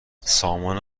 سامان